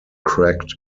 cracked